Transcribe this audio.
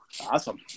Awesome